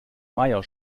meier